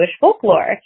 folklore